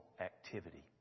activity